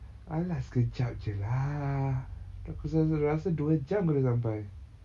!alah! sekejap jer lah aku sorang-sorang rasa dua jam dah sampai